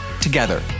together